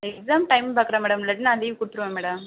exam time பார்க்குறேன் madam இல்லாட்டி நான் லீவு கொடுத்துருவன் மேடம்